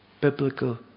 biblical